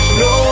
no